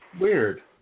Weird